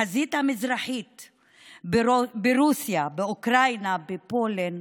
החזית המזרחית ברוסיה, באוקראינה, בפולין,